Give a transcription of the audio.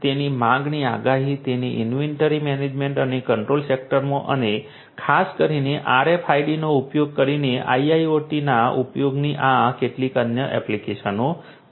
તેથી માંગની આગાહી તેથી ઇન્વેન્ટરી મેનેજમેન્ટ અને કંટ્રોલ સેક્ટરમાં અને ખાસ કરીને RFID નો ઉપયોગ કરીને IIoT ના ઉપયોગની આ કેટલીક અન્ય એપ્લિકેશનો છે